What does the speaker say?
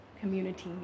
community